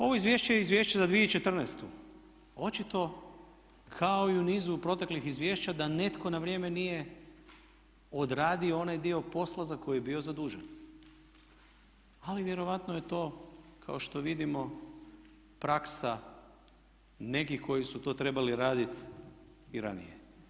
Ovo izvješće je izvješće za 2014., očito kao i u nizu proteklih izvješća da netko na vrijeme nije odradio onaj dio posla za koji je bio zadužen ali vjerojatno je to kao što vidimo praksa nekih koji su to trebali raditi i ranije.